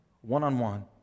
One-on-one